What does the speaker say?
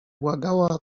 błagała